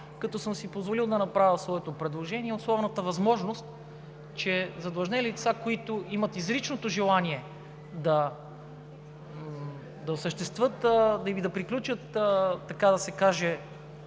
като съм си позволил да направя своето предложение – условната възможност, че задлъжнели лица, които имат изричното желание да осъществят или да приключат, така да се каже,